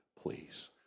please